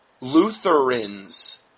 Lutherans